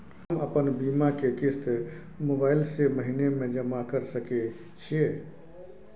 हम अपन बीमा के किस्त मोबाईल से महीने में जमा कर सके छिए?